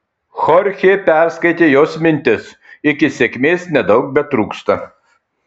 chorchė perskaitė jos mintis iki sėkmės nedaug betrūksta